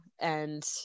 and-